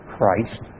Christ